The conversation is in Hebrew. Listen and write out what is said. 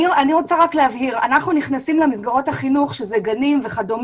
אבהיר שאנחנו נכנסים למסגרות החינוך: גנים וכד',